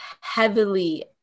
heavily